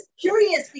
curious